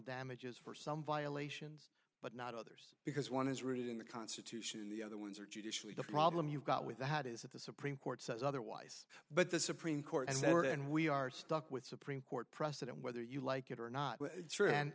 damages for some violations but not others because one is rooted in the constitution and the other ones are judicially the problem you've got with that is that the supreme court says otherwise but the supreme court and they were and we are stuck with supreme court precedent whether you like it or not